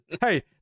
hey